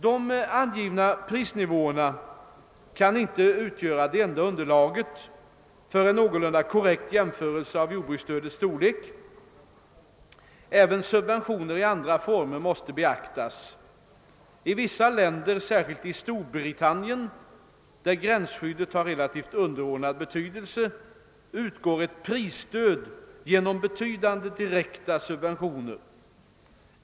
De angivna prisnivåerna kan inte utgöra det enda underlaget för en någorlunda korrekt jämförelse av jordbruksstödets storlek. även subventioner i andra former måste beaktas. I vissa länder, särskilt i Storbritannien, där gränsskyddet har relativt underordnad betydelse, utgår ett prisstöd genom betydande direkta subventioner.